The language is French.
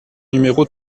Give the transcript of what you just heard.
numéro